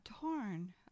torn